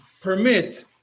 permit